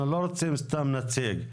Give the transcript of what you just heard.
אנחנו לא רוצים סתם נציג.